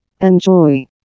Enjoy